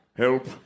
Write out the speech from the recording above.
Help